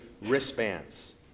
wristbands